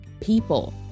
People